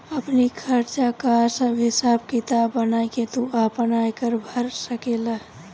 आपनी खर्चा कअ सब हिसाब किताब बनाई के तू आपन आयकर भर सकेला